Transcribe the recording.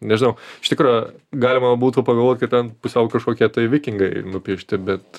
nežinau iš tikro galima būtų pagalvot kad ten pusiau kažkokie tai vikingai nupiešti bet